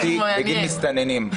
עובדים מסתננים?